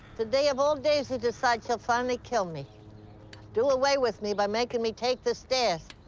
today of all days, he decides he'll finally kill me do away with me by making me take the stairs.